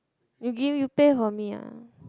you give you pay for me lah